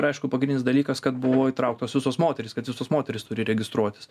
ir aišku pagrindinis dalykas kad buvo įtrauktos visos moterys kad visos moterys turi registruotis